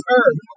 earth